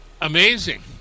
amazing